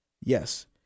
Yes